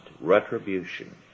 retribution